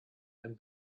and